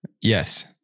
Yes